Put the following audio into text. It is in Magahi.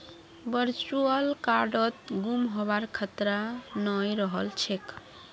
वर्चुअल कार्डत गुम हबार खतरा नइ रह छेक